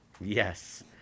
Yes